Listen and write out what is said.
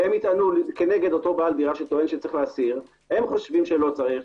הם יטענו כנגד אותו בעל דירה שטוען שצריך להסיר הם חושבים שלא צריך,